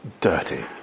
dirty